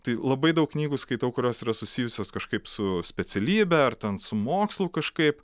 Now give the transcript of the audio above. tai labai daug knygų skaitau kurios yra susijusios kažkaip su specialybe ar ten su mokslu kažkaip